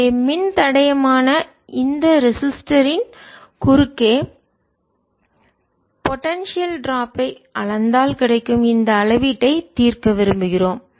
எனவே மின்தடையமான இந்த ரெசிஸ்டர் யின் மின்தடையின் குறுக்கே போடன்சியல் ட்ராப் ஐ வீழ்ச்சியை அளந்தால் கிடைக்கும் இந்த அளவீட்டை தீர்க்க விரும்புகிறோம்